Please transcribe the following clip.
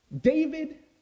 David